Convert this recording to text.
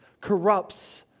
corrupts